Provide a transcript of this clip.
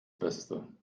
beste